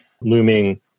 looming